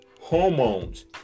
hormones